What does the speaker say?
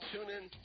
TuneIn